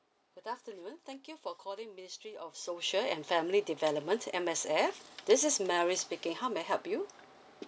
good afternoon thank you for calling ministry of social and family development M_S_F this is mary speaking how may I help you